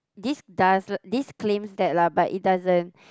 this doesn't this claims that lah but it doesn't